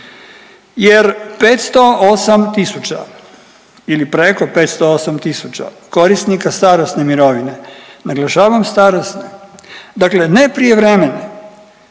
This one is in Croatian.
Jer 508000 ili preko 508000 korisnika starosne mirovine, naglašavam starosne, dakle ne prijevremene,